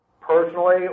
personally